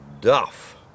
duff